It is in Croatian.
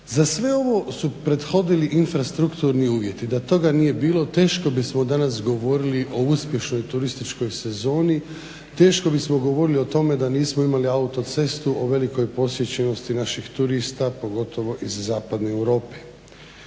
Za sve ovo su prethodili infrastrukturni uvjeti, da toga nije bilo teško bismo danas govorili o uspješnoj turističkoj sezoni, teško bismo govorili o tome da nismo imali autocestu o velikoj posjećenosti naših turista pogotovo iz zapadne Europe.